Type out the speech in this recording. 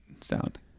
sound